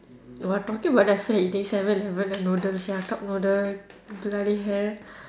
you are talking about then I feel like eating seven eleven the noodles sia cup noodle bloody hell